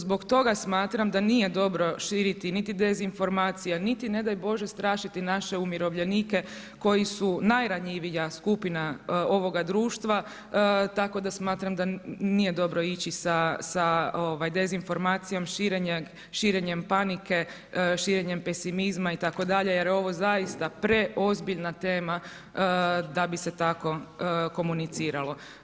Zbog toga smatram da nije dobro širiti niti dezinformacije, niti ne daj Bože strašiti naše umirovljenike koji su najranjivija skupina ovoga društva, tako da smatram da nije dobro ići sa dezinformacijom širenjem panike, širenjem pesimizma itd. jer je ovo zaista preozbiljna tema da bi se tako komuniciralo.